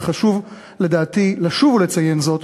וחשוב לדעתי לשוב ולציין זאת,